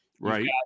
right